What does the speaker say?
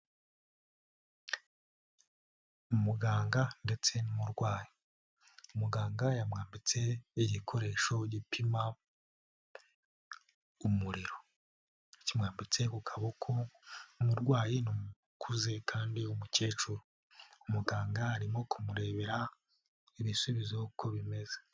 Umuganga ndetse n'umurwayi muganga yamwambitse igikoresho gipima umuriro, yakimwambitse ku kaboko. Umurwayi ni umuntu ukuze kandi w'umukecuru. Umuganga arimo kumurebera ibisubizo uko bimeze.